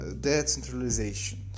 decentralization